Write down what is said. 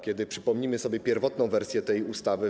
Kiedy przypomnimy sobie pierwotną wersję tej ustawy.